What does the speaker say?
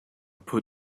put